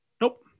Nope